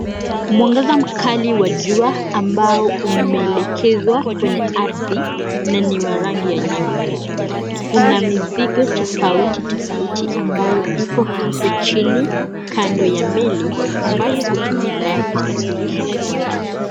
Mwangaza mkali wa jua ambao umeelekezwa kwenye ardhi na ni wa rangi nyeupe. Kuna mizigo tofautitofauti ambayo iko hapo chini kando ya meli ambayo hutumika kusafirisha watu.